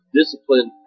discipline